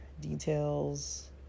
details